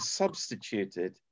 substituted